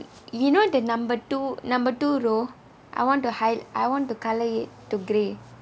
you know the number two number two row I want to hide I want to colour it to grey